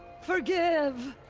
forgive!